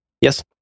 Yes